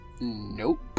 Nope